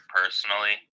personally